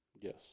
Yes